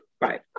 Right